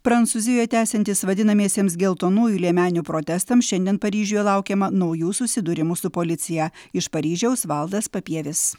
prancūzijoj tęsiantis vadinamiesiems geltonųjų liemenių protestams šiandien paryžiuje laukiama naujų susidūrimų su policija iš paryžiaus valdas papievis